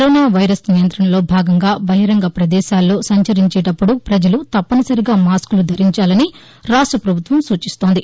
corona virus నియంత్రణలో భాగంగా బహిరంగ ప్రదేశాల్లో సంచరించేటప్పుడు ప్రజలు తప్పనిసరిగా మాస్కులు ధరించాలని రాష్ట పభుత్వం సూచిస్తుంది